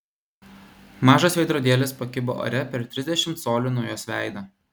mažas veidrodėlis pakibo ore per trisdešimt colių nuo jos veido